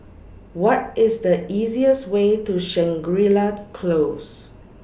What IS The easiest Way to Shangri La Close